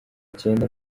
cyenda